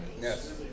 Yes